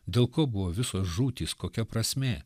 dėl ko buvo visos žūtys kokia prasmė